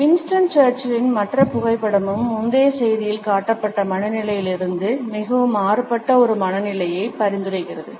Winston சர்ச்சிலின் மற்ற புகைப்படமும் முந்தைய செய்தியில் காட்டப்பட்ட மனநிலையிலிருந்து மிகவும் மாறுபட்ட ஒரு மனநிலையை பரிந்துரைக்கிறது